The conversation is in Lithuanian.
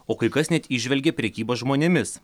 o kai kas net įžvelgė prekybą žmonėmis